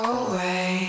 away